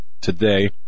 today